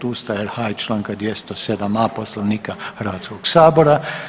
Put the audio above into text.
Ustava RH i članka 207a. Poslovnika Hrvatskog sabora.